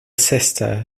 sister